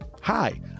Hi